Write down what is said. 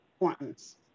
importance